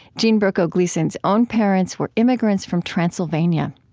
jean berko gleason's own parents were immigrants from transylvania.